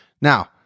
Now